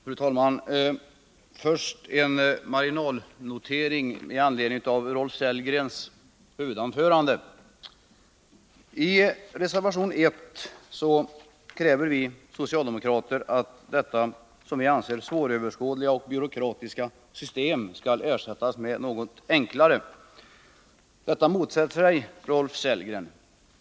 Fru talman! Först en marginalnotering i anledning av Rolf Sellgrens huvudanförande. I reservation 1 kräver vi socialdemokrater att detta, som vi anser, svåröverskådliga och byråkratiska system skall ersättas med ett något enklare. Det motsätter sig Rolf Sellgren.